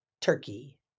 turkey